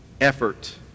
effort